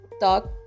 talk